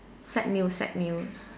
set meal set meal